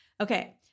Okay